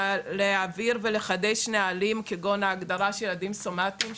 להעביר ולחדש נהלים כגון ההגדרה של ילדים סומטים,